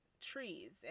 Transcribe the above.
trees